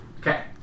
okay